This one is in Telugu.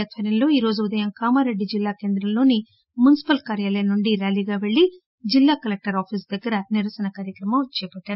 ఆధ్వర్యం లో ఈ రోజు ఉదయం కామారెడ్డి జిల్లా కేంద్రంలోని మున్సిపల్ కార్యాలయం నుండి ర్యాలీగా పెళ్లి జిల్లా కలెక్టర్ ఆఫీస్ దగ్గర నిరసన కార్యక్రమం చేపట్టారు